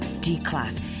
D-Class